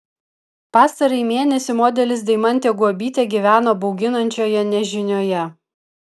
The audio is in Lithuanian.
pastarąjį mėnesį modelis deimantė guobytė gyveno bauginančioje nežinioje